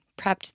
prepped